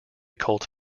cult